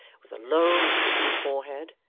with a low, retreating forehead,